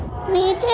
نیچے